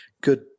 good